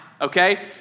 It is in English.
okay